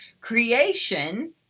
creation